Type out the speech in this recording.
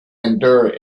endure